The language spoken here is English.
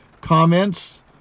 comments